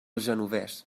genovés